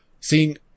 Seeing